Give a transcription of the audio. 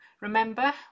remember